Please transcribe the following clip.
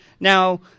Now